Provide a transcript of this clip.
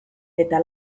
eta